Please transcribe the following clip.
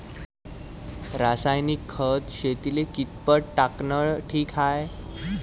रासायनिक खत शेतीले किती पट टाकनं ठीक हाये?